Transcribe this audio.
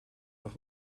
auf